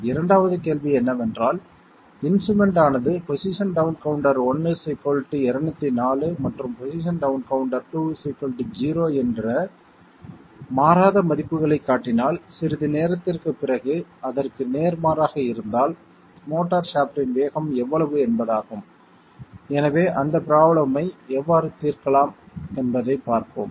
2வது கேள்வி என்னவென்றால் இன்ஸ்ட்ரூமென்ட் ஆனது பொசிஷன் டவுன் கவுண்டர் 1 204 மற்றும் பொசிஷன் டவுன் கவுண்டர் 2 0 என்ற மாறாத மதிப்புகளைக் காட்டினால் சிறிது நேரத்திற்குப் பிறகு அதற்கு நேர்மாறாக இருந்தால் மோட்டார் ஷாஃப்ட்டின் வேகம் எவ்வளவு என்பதாகும் எனவே அந்த ப்ரோப்லேம் ஐ எவ்வாறு தீர்க்கலாம் என்பதைப் பார்ப்போம்